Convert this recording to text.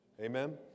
Amen